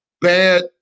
bad